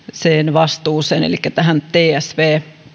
vastuuseen elikkä tähän tsv